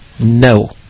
No